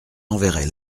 enverrai